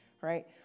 right